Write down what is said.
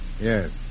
Yes